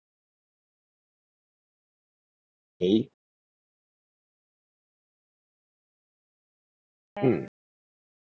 K mm